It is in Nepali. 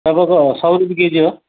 तपाईँको सौ रुपियाँ केजी हो